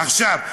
עכשיו,